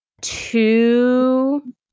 two